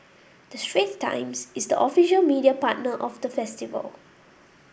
the Straits Times is the official media partner of the festival